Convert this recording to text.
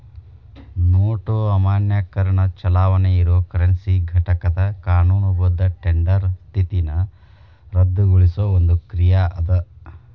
note ಅಮಾನ್ಯೇಕರಣ ಚಲಾವಣಿ ಇರೊ ಕರೆನ್ಸಿ ಘಟಕದ್ ಕಾನೂನುಬದ್ಧ ಟೆಂಡರ್ ಸ್ಥಿತಿನ ರದ್ದುಗೊಳಿಸೊ ಒಂದ್ ಕ್ರಿಯಾ ಅದ